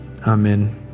Amen